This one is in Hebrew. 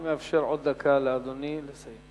אני מאפשר עוד דקה לאדוני לסיים.